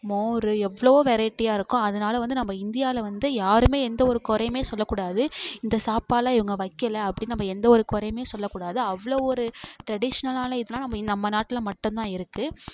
மோர் எவ்வளோ வெரைட்டியாக இருக்கும் அதனால் வந்து நம்ம இந்தியாவில் வந்து யாருமே எந்தவொரு குறையுமே சொல்லக்கூடாது இந்த சாப்பாடுலாம் இவங்க வக்கலை அப்படின்னு நம்ம் எந்த ஒரு குறையுமே சொல்லக்கூடாது அவ்வளோ ஒரு ட்ரடீஷ்னலான இதலான் நம்ம நாட்டில் மட்டுந்தான் இருக்குது